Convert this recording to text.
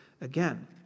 again